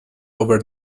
over